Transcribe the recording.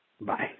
Bye